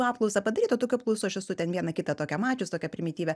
apklausa padaryta tokių apklausų aš esu ten vieną kitą tokią mačius tokią primityvią